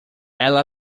ela